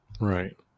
right